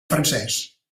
francès